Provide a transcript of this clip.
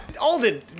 Alden